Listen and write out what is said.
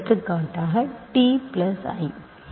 எடுத்துக்காட்டாக t plus i